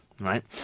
right